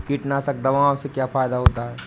कीटनाशक दवाओं से क्या फायदा होता है?